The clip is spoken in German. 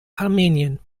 armenien